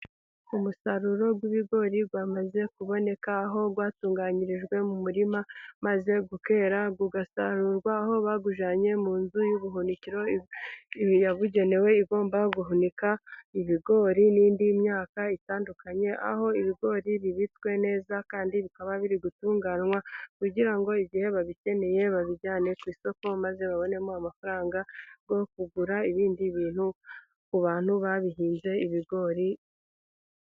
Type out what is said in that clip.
Umusaruro w'ibigori wamaze kuboneka aho watunganyirijwe mu murima, maze ukera ugasarurwa aho bawujyanye mu nzu y'ubuhunikiro yabugenewe, igomba guhunika ibigori n'indi myaka itandukanye, aho ibigori bibitswe neza kandi bikaba biri gutunganywa, kugira ngo igihe babikeneye babijyane ku isoko ,maze babonemo amafaranga yo kugura ibindi bintu ku bantu babihinze ibigori.